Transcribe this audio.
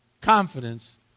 Confidence